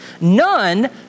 None